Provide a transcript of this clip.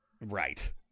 Right